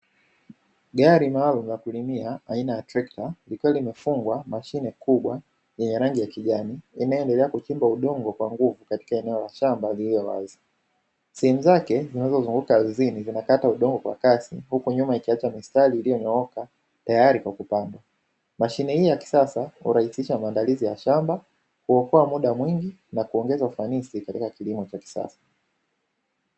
Gari maalumu la kulimia aina ya trekta likiwa limefungwa mashine kubwa yenye rangi ya kijani inayoendelea kuchimba udongo kwa nguvu katika eneo la shamba lililo wazi. Sehemu zake zinazozunguka ardhini zinakata udongo kwa kasi huku nyuma ikiacha mistari iliyonyooka tayari kwa kupandwa. Mashine hii ya kisasa hurahisisha maandalizi ya shamba, huokoa muda mwingi na kuongeza ufanisi katika kilimo cha kisasa.